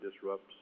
disrupts